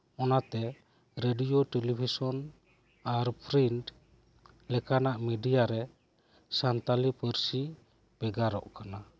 ᱚᱱᱟᱛᱮ radio television ᱟᱨ print ᱞᱮᱠᱟᱱᱟᱜ ᱢᱮᱰᱤᱭᱟ ᱨᱮ ᱥᱟᱱᱛᱟᱲᱤ ᱯᱟᱹᱨᱥᱤ ᱵᱷᱮᱜᱟᱨᱚᱜ ᱠᱟᱱᱟ